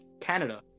Canada